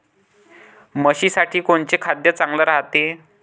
म्हशीसाठी कोनचे खाद्य चांगलं रायते?